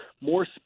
more